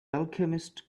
alchemist